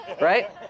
right